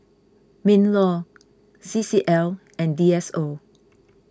MinLaw C C L and D S O